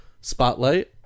spotlight